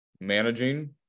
managing